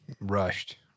rushed